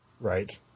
Right